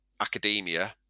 academia